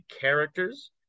characters